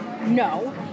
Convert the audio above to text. No